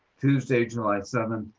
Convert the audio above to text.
tuesday, july seventh,